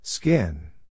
Skin